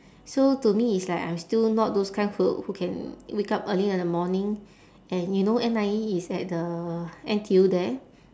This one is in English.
so to me it's like I'm still not those kind who who can wake up early in the morning and you know N_I_E is at the N_T_U there